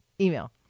email